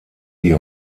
die